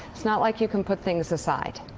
it's not like you can put things aside.